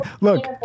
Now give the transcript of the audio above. look